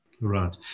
Right